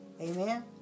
Amen